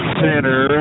center